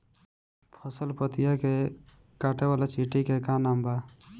फसल पतियो के काटे वाले चिटि के का नाव बा?